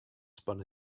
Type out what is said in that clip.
spun